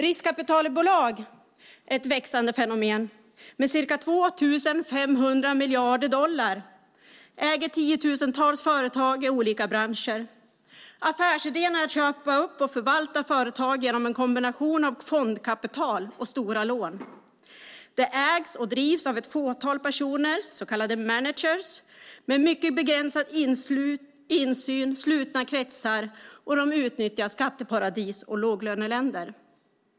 Riskkapitalbolag är ett växande fenomen med ca 2 500 miljarder dollar och äger tiotusentals företag i olika branscher. Affärsidén är att köpa upp och förvalta företag genom en kombination av fondkapital och stora lån. De ägs och drivs av ett fåtal personer, så kallade managers, med mycket begränsad insyn och slutna kretsar, och de utnyttjar skatteparadis och låglöneländer.